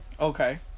okay